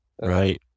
Right